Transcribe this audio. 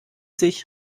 sich